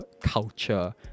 culture